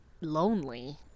lonely